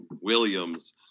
Williams